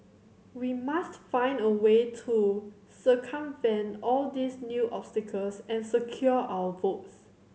we must find a way to circumvent all these new obstacles and secure our votes